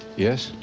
yes?